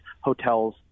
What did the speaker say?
hotels